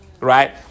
right